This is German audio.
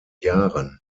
jahren